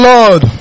Lord